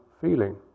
feeling